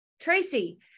Tracy